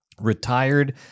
retired